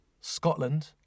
Scotland